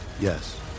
Yes